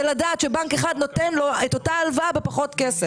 לדעת שבנק אחד נותן לו את אותה הלוואה בפחות כסף?